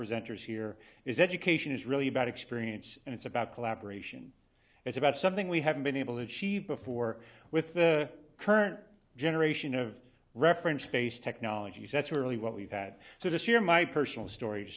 presenters here is education is really about experience and it's about collaboration it's about something we haven't been able to achieve before with the current generation of reference space technologies that's really what we've had so this year my personal story to